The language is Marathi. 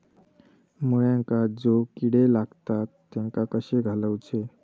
मुळ्यांका जो किडे लागतात तेनका कशे घालवचे?